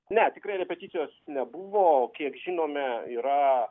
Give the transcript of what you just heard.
ne tikrai repeticijos nebuvo o kiek žinome yra